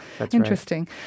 Interesting